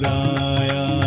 Raya